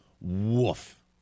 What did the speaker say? woof